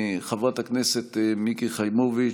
חברת הכנסת מיקי חיימוביץ',